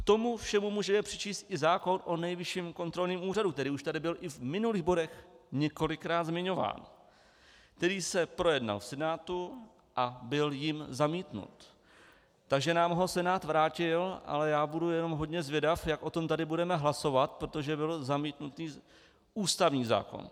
K tomu všemu můžeme přičíst i zákon o Nejvyšším kontrolním úřadu, který už tady byl i v minulých bodech několikrát zmiňován, který se projednal v Senátu a byl jím zamítnut, takže nám ho Senát vrátil, ale budu jenom hodně zvědav, jak o tom tady budeme hlasovat, protože byl zamítnutý ústavní zákon.